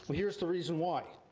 here's the reason why.